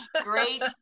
great